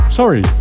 sorry